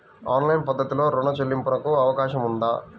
Online పద్ధతిలో రుణ చెల్లింపునకు అవకాశం ఉందా?